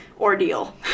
ordeal